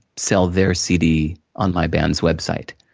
sell their cd on my band's website.